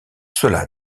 cela